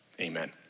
Amen